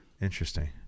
Interesting